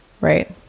Right